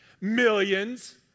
Millions